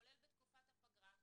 כולל בתקופת הפגרה,